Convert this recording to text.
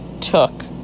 took